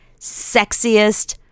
sexiest